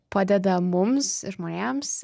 padeda mums žmonėms